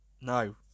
no